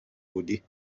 بودی